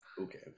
Okay